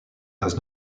does